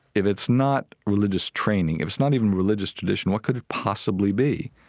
if it's not religious training, if it's not even religious tradition, what could it possibly be?